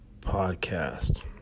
podcast